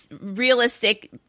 realistic